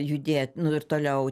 judėt nu ir toliau